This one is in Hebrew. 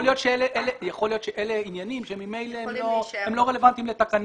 יכול להיות שאלה עניינים שממילא הם לא רלוונטיים לתקנות.